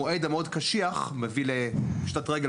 למשרדי הממשלה את ההכנה של תוכניות משרדיות.